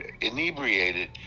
inebriated